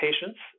patients